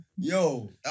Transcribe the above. Yo